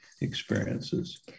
experiences